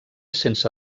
sense